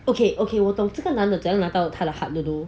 okay okay 我懂这个男的怎样拿到他的大 heart 的 lor